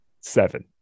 seven